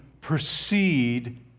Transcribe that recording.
proceed